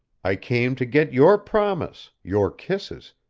i came to get your promise, your kisses,